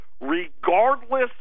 regardless